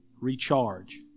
Recharge